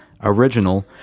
original